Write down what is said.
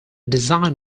design